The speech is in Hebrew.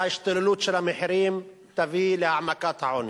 שההשתוללות של המחירים תביא להעמקת העוני,